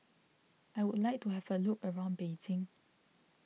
I would like to have a look around Beijing